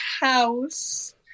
House